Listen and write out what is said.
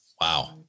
Wow